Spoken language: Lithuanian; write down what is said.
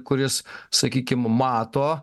kuris sakykim mato